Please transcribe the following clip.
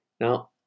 Now